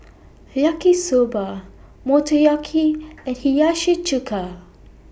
Yaki Soba Motoyaki and Hiyashi Chuka